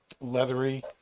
leathery